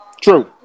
True